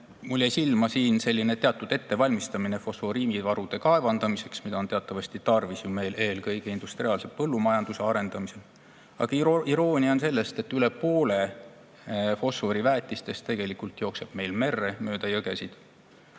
mulle samamoodi silma teatud ettevalmistamine fosforiidivarude kaevandamiseks, mida on teatavasti tarvis ju meil eelkõige industriaalse põllumajanduse arendamisel. Aga iroonia on selles, et üle poole fosforiväetistest tegelikult jookseb meil merre mööda jõgesid.